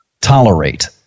tolerate